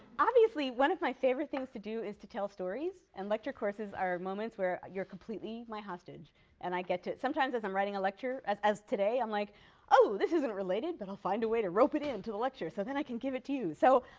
obviously, one of my favorite things to do is to tell stories, and lecture courses are moments where you're completely my hostage and i get to sometimes as i'm writing a lecture, as as today, i'm like oh, this isn't related but i'll find a way to rope it in to the lecture so then i can give it to you. so,